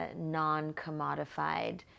non-commodified